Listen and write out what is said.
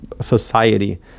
society